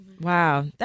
Wow